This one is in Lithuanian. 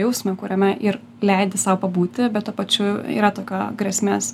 jausmą kuriame ir leidi sau pabūti bet tuo pačiu yra tokio grėsmės